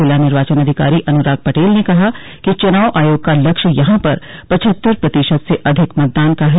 जिला निर्वाचन अधिकारी अनुराग पटेल ने कहा कि चुनाव आयोग का लक्ष्य यहां पर पच्हत्तर प्रतिशत से अधिक मतदान का है